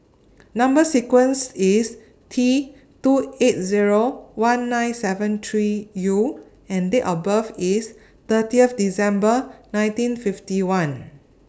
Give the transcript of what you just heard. Number sequence IS T two eight Zero one nine seven three U and Date of birth IS thirtieth December nineteen fifty one